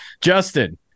Justin